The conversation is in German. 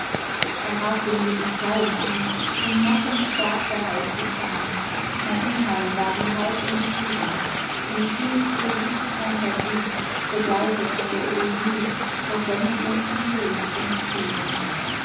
er hakte mir die klauen an im nacken stach der heiße zahn mein unheil war wie halb entschieden mich hielt so süße phantasie begleitet von der elegie der sängerin von dresdens frieden